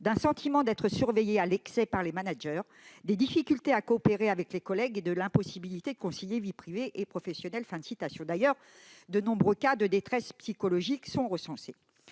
d'un sentiment d'être surveillé à l'excès par les managers, des difficultés à coopérer avec les collègues et de l'impossibilité de concilier vie privée et vie professionnelle ». D'ailleurs, de nombreux cas de détresse psychologique sont recensés.